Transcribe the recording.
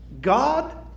God